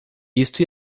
isto